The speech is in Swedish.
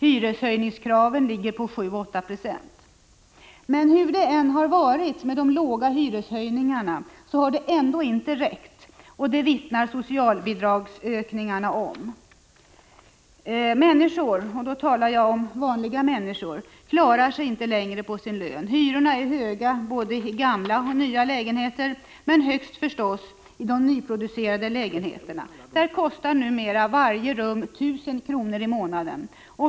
Hyreshöjningskraven ligger på 7-8 90. Hur det än har varit med de låga hyreshöjningarna så har det inte räckt, det vittnar socialbidragsökningarna om. Människor — och då talar jag om vanliga människor — klarar sig inte längre på sin lön. Hyrorna är höga både i gamla och i nya lägenheter, men högst förstås i den nyproducerade lägenheten. Där kostar numera varje rum 1 000 kr. i månaden.